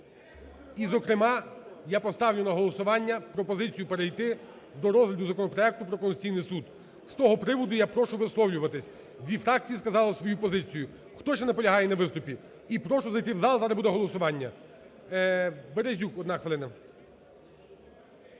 І, зокрема, я поставлю на голосування пропозицію перейти до розгляду законопроекту про Конституційний Суд. З того приводу я прошу висловлюватись, дві фракції сказали свою позицію, хто ще наполягає на виступі? І прошу зайти в зал, зараз буде голосування. Березюк, одна хвилина.